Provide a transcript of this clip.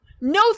No